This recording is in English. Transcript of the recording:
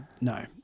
No